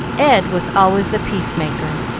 ed was always the peace-maker,